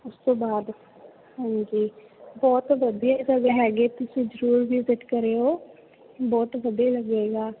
ਉਸ ਤੋਂ ਬਾਅਦ ਹਾਂਜੀ ਬਹੁਤ ਵਧੀਆ ਜਗ੍ਹਾ ਹੈਗੀ ਤੁਸੀਂ ਜ਼ਰੂਰ ਵਿਜਿਟ ਕਰਿਓ ਬਹੁਤ ਵਧੀਆ ਲੱਗੇਗਾ